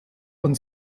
und